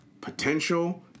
potential